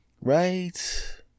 Right